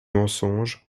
mensonges